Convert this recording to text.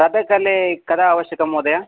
ततः काले कदा आवश्यकं महोदय